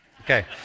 okay